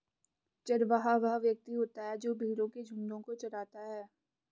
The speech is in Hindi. चरवाहा वह व्यक्ति होता है जो भेड़ों के झुंडों को चराता है